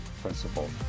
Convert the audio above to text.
principle